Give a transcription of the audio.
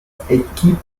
equipped